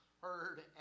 heard